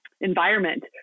environment